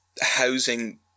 housing